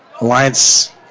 Alliance